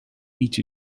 each